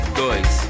dois